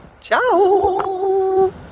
ciao